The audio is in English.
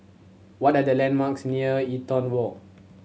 what are the landmarks near Eaton Walk